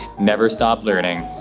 never stop learning.